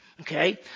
Okay